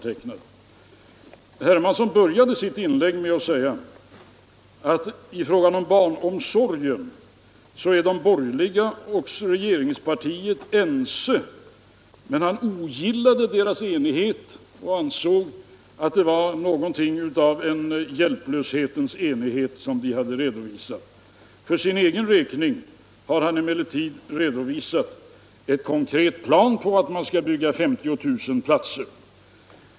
Herr Hermansson började sitt inlägg med att säga att i fråga om barnomsorgen är de borgerliga och regeringspartiet ense, men han ogillade den enighet, som han ansåg vara en hjälplöshetens enighet, som de hade redovisat. För sin egen räkning har han emellertid redovisat en konkret plan på att man skall bygga 50000 nya platser.